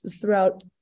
throughout